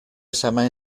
récemment